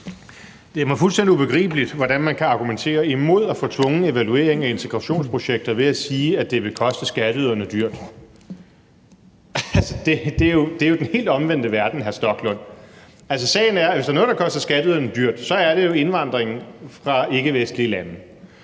Det er mig fuldstændig ubegribeligt, hvordan man kan argumentere imod at få tvungen evaluering af integrationsprojekter ved at sige, at det vil koste skatteyderne dyrt. Altså, det er jo den helt omvendte verden, hr. Rasmus Stoklund. Altså, sagen er, at hvis der er noget, der koster skatteyderne dyrt, er det indvandringen fra ikkevestlige lande,